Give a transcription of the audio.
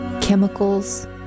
chemicals